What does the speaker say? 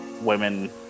women